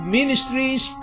Ministries